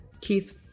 Keith